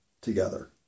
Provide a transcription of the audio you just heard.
together